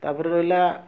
ତାପରେ ରହିଲା